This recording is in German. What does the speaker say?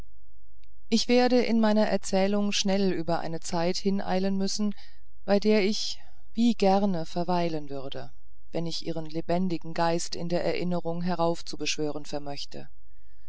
ich werde in meiner erzählung schnell über eine zeit hineilen müssen bei der ich wie gerne verweilen würde wenn ich ihren lebendigen geist in der erinnerung herauf zu beschwören vermöchte